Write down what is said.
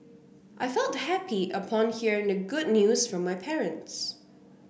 I felt happy upon hearing the good news from my parents